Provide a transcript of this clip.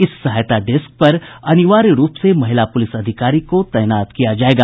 इस सहायता डेस्क पर अनिवार्य रुप से महिला पुलिस अधिकारी को तैनात किया जायेगा